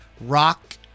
rock